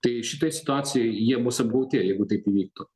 tai šitoj situacijoj jie bus apgauti jeigu taip įvyktų